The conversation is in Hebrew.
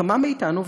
כמה מאתנו,